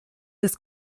des